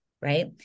right